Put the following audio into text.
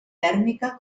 tèrmica